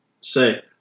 say